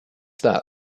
that